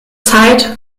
zeit